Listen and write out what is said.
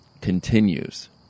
continues